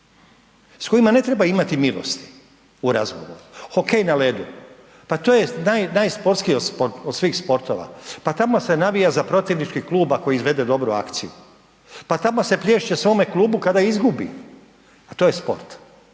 s kojima ne treba imati milosti u razgovoru. Hokej na ledu, pa to je najsportskiji od svih sportova, pa tamo se navija za protivnički klub ako izvede dobro akciju, pa tamo se plješće svome klubu kada izgubi, a to je sport.